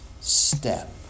step